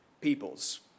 peoples